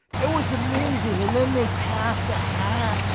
it was amazing. and then they passed a hat.